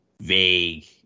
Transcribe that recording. vague